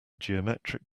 geometric